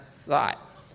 thought